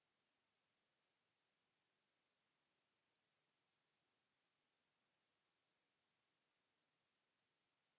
Kiitos.